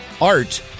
art